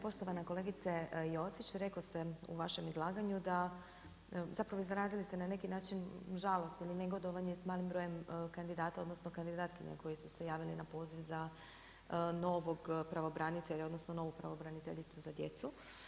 Poštovana kolegice Josić, rekoste u vašem izlaganju da zapravo izrazili ste na neki način žalost ili negodovanje s malim brojem kandidata odnosno kandidatkinja koji su se javili na poziv za novog pravobranitelja odnosno novu pravobraniteljicu za djecu.